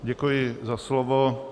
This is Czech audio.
Děkuji za slovo.